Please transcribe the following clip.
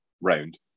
round